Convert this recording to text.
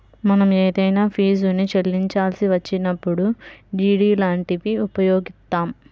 మనం ఏదైనా ఫీజుని చెల్లించాల్సి వచ్చినప్పుడు డి.డి లాంటివి ఉపయోగిత్తాం